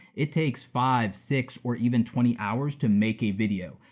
it takes five, six, or even twenty hours to make a video.